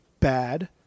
bad